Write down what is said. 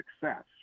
success